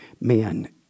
men